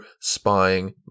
spying